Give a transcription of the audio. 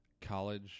college